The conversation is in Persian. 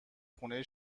خونه